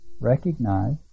recognize